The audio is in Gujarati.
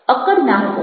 અક્કડ ના રહો